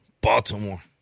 Baltimore